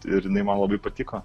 ir jinai man labai patiko